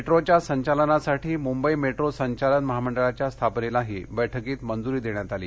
मेट्रोच्या संचालनासाठी मुंबई मेट्रो संचालन महामंडळाच्या स्थापनेलाही बैठकीत मंजूरी देण्यात आली